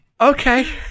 Okay